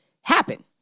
happen